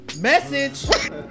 message